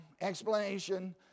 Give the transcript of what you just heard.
explanation